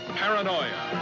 paranoia